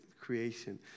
creation